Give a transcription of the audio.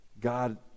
God